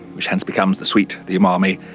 which hence becomes the sweet, the umami,